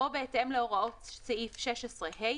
או בהתאם להוראות סעיף 16(ה),